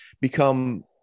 become